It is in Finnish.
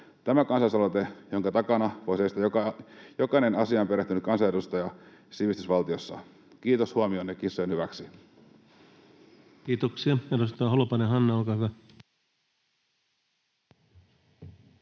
Tämä on kansalaisaloite, jonka takana voi seistä jokainen asiaan perehtynyt kansanedustaja sivistysvaltiossa. Kiitos huomiostanne kissojen hyväksi. Kiitoksia. — Edustaja Holopainen, Hanna, olkaa hyvä.